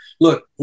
Look